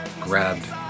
grabbed